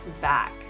back